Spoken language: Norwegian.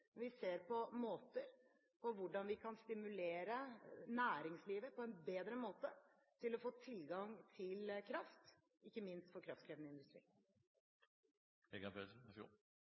vi ser på hvordan vi kan stimulere næringslivet på en bedre måte til å få tilgang til kraft, ikke minst gjelder det kraftkrevende industri.